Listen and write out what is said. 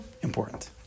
important